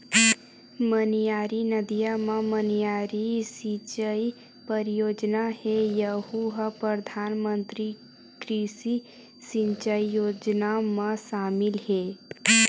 मनियारी नदिया म मनियारी सिचई परियोजना हे यहूँ ह परधानमंतरी कृषि सिंचई योजना म सामिल हे